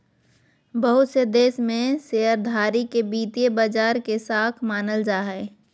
बहुत से देश में शेयरधारी के वित्तीय बाजार के शाख मानल जा हय